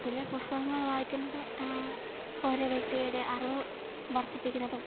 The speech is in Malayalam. പിന്നെ പുസ്തകങ്ങൾ വായിക്കുന്നത് ഓരോ വ്യക്തിയുടെയും അറിവ് വർധിപ്പിക്കുന്നതും